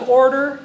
order